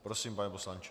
Prosím, pane poslanče.